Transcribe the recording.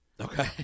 Okay